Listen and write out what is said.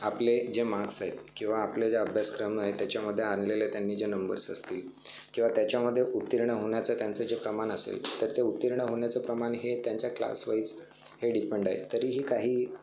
आपले जे मार्क्स आहेत किंवा आपले जे अभ्यासक्रम आहेत त्याच्यामध्ये आणलेले त्यांनी जे नंबर्स असतील किंवा त्याच्यामध्ये उत्तीर्ण होण्याचं त्यांचं जे प्रमाण असेल तर ते उत्तीर्ण होण्याचं प्रमाण हे त्यांच्या क्लास वाईज हे डिपेंड आहे तरीही काही